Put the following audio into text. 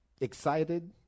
excited